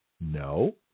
No